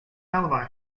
alibi